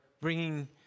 bringing